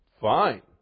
Fine